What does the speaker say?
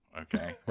Okay